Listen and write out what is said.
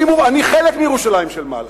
אני חלק מירושלים של מעלה.